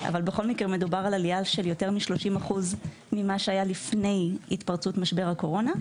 אבל מדובר בעלייה של יותר מ-30% ממה שהיה לפני התפרצות משבר הקורונה.